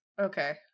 Okay